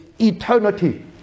eternity